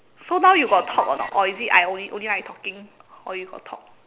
so now you got talk or not or is it I only only I talking or you got talk